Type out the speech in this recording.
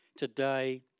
today